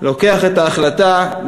לוקח את ההחלטה,